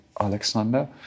Alexander